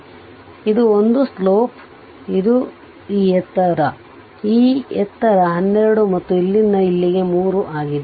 ಆದ್ದರಿಂದ ಇದು ಒಂದು ಸ್ಲೋಪ್ ಇದು ಈ ಎತ್ತರ ಇದು ಈ ಎತ್ತರ 12 ಮತ್ತು ಇದು ಇಲ್ಲಿಂದ ಇಲ್ಲಿಗೆ 3 ಆಗಿದೆ